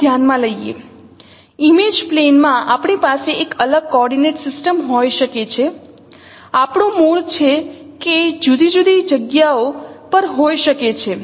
ચાલો ધ્યાનમાં લઈએ ઇમેજ પ્લેન માં આપણી પાસે એક અલગ કોઓર્ડિનેટ સિસ્ટમ હોઈ શકે છે આપણું મૂળ છે કે જુદી જુદી જગ્યાઓ પર હોઈ શકે છે